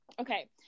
okay